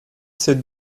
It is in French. c’est